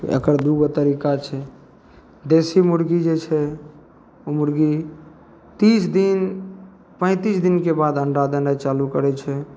एकर दुइ गो तरीका छै देसी मुरगी जे छै ओ मुरगी तीस दिन पैँतिस दिनके बाद अण्डा देनाइ चालू करै छै